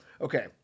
Okay